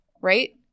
right